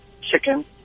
chicken